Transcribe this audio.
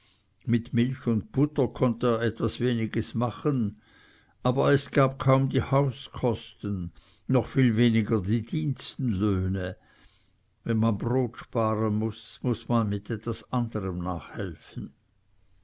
mit milch und butter konnte er etwas weniges machen aber es gab kaum die hauskosten noch viel weniger die dienstenlöhne wenn man brot sparen muß muß man mit etwas anderm nachhelfen